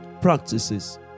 Practices